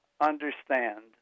understand